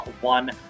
One